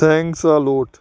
thanks a lot